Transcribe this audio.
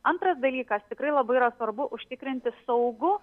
antras dalykas tikrai labai yra svarbu užtikrinti saugų